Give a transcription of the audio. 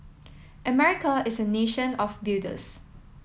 America is a nation of builders